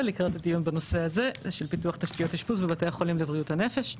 לקראת הדיון בנושא הזה של פיתוח תשתיות אשפוז בבתי החולים לבריאות הנפש.